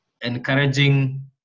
encouraging